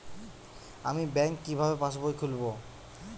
আমি ব্যাঙ্ক কিভাবে পাশবই খুলব?